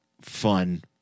fun